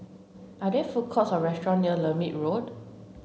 are there food courts or restaurants near Lermit Road